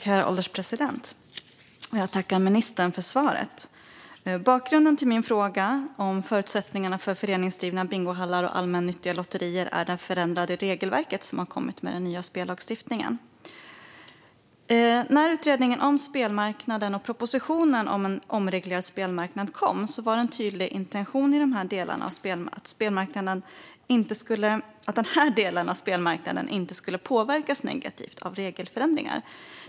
Herr ålderspresident! Jag tackar ministern för svaret. Bakgrunden till min fråga om förutsättningarna för föreningsdrivna bingohallar och allmännyttiga lotterier är det förändrade regelverk som har kommit med den nya spellagstiftningen. När utredningen om spelmarknaden samt propositionen om en omreglerad spelmarknad kom var en tydlig intention att denna del av spelmarknaden inte skulle påverkas negativt av regelförändringar.